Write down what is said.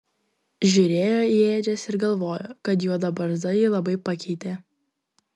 žiūrėjo į ėdžias ir galvojo kad juoda barzda jį labai pakeitė